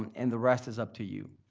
and the rest is up to you.